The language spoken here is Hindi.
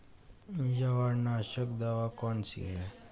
जवार नाशक दवा कौन सी है?